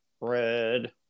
red